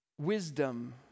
wisdom